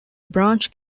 branch